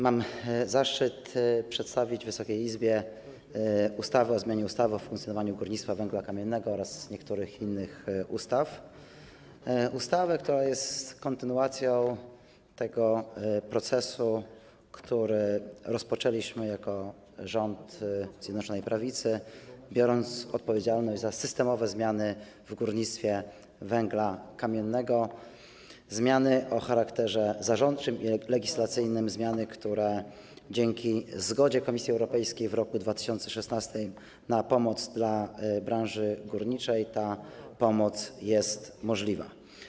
Mam zaszczyt przedstawić Wysokiej Izbie ustawę o zmianie ustawy o funkcjonowaniu górnictwa węgla kamiennego oraz niektórych innych ustaw, ustawę, która jest kontynuacją tego procesu, który rozpoczęliśmy jako rząd Zjednoczonej Prawicy, biorąc odpowiedzialność za systemowe zmiany w górnictwie węgla kamiennego, zmiany o charakterze zarządczym i legislacyjnym, zmiany, w wyniku których dzięki zgodzie Komisji Europejskiej w roku 2016 na pomoc dla branży górniczej ta pomoc jest możliwa.